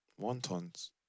wontons